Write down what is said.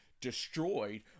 destroyed